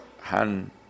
hand